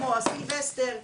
כמו הסילבסטר,